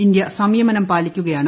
India സംയമനം പാലിക്കുകയാണ്